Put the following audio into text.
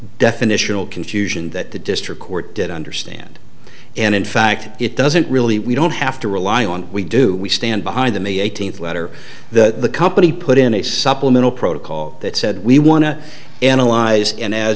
definitional confusion that the district court didn't understand and in fact it doesn't really we don't have to rely on we do we stand behind the may eighteenth letter the company put in a supplemental protocol that said we want to analyze and as